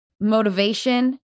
motivation